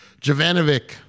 Jovanovic